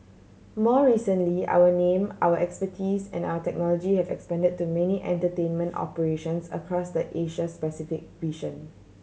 more recently our name our expertise and our technology have expanded to many entertainment operations across the Asia specific region